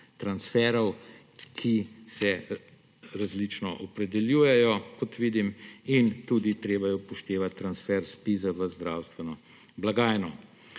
transferov, ki se različno opredeljujejo, kot vidim, in treba je upoštevati tudi transfer Zpiza v zdravstveno blagajno.